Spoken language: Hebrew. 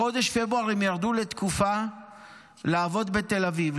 בחודש פברואר הם ירדו לתקופה לעבוד בתל אביב,